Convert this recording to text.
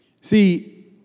See